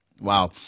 wow